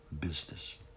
business